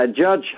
Judge